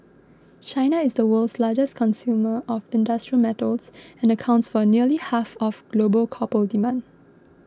China is the world's largest consumer of industrial metals and accounts for nearly half of global copper demand